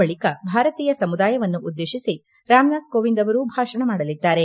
ನಂತರ ಭಾರತೀಯ ಸಮುದಾಯವನ್ನು ಉದ್ದೇಶಿಸಿ ರಾಮನಾಥ್ ಕೋವಿಂದ್ ಭಾಷಣ ಮಾಡಲಿದ್ದಾರೆ